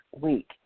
week